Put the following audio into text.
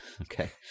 okay